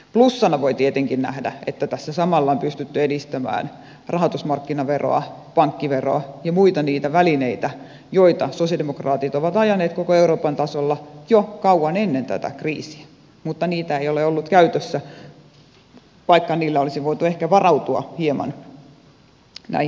plussana voi tietenkin nähdä sen että tässä samalla on pystytty edistämään rahoitusmarkkinaveroa pankkiveroa ja niitä muita välineitä joita sosialidemokraatit ovat ajaneet koko euroopan tasolla jo kauan ennen tätä kriisiä mutta niitä ei ole ollut käytössä vaikka niillä olisi voitu ehkä varautua hieman näitten maksamiseen